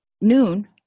noon